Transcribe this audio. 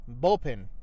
bullpen